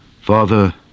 Father